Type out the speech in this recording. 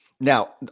Now